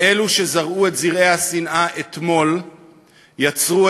ואלו שזרעו את זרעי השנאה אתמול יצרו